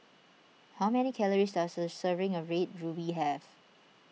how many calories does a serving of Red Ruby have